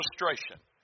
illustration